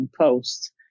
post